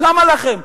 למה לכם?